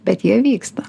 bet jie vyksta